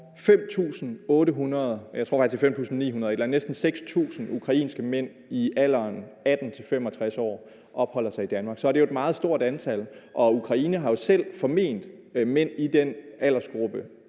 andet, altså næsten 6.000 – ukrainske mænd i alderen 18-65 år opholder sig i Danmark, er det jo et meget stort antal, og Ukraine har selv forment mænd i den aldersgruppe